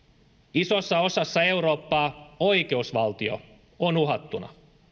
isossa osassa eurooppaa oikeusvaltio on uhattuna